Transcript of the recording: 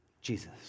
Jesus